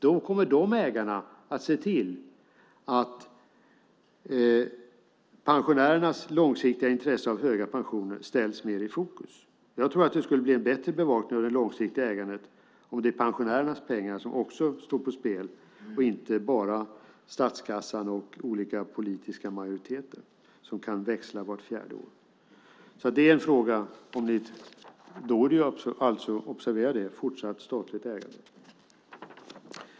Då kommer de ägarna att se till att pensionärernas långsiktiga intresse av höga pensioner ställs mer i fokus. Jag tror att det skulle bli en bättre bevakning av det långsiktiga ägandet om det är pensionärernas pengar som också står på spel och inte bara statskassan och olika politiska majoriteter som kan växla vart fjärde år. Då är det fråga om - observera - fortsatt statligt ägande.